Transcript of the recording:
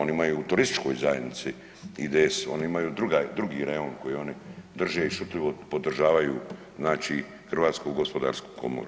Oni imaju u turističkoj zajednici IDS, oni imaju drugi rajon koji oni drže i šutljivo podržavaju znači Hrvatsku gospodarsku komoru.